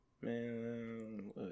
man